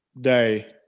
Day